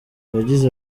yagize